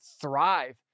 thrive